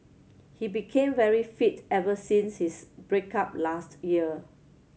he became very fit ever since his break up last year